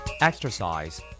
Exercise